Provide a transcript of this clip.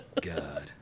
God